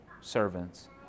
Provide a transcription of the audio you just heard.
servants